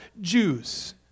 Jews